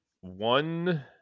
one